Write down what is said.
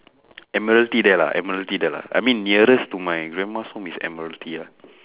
admiralty there lah admiralty there lah I mean nearest to my grandma's home is admiralty ah